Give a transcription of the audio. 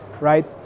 right